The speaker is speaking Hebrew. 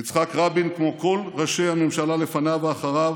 יצחק רבין, כמו כל ראשי הממשלה לפניו ואחריו,